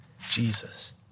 Jesus